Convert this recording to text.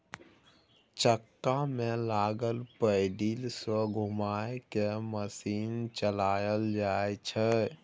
चक्का में लागल पैडिल सँ घुमा कय मशीन चलाएल जाइ छै